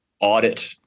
audit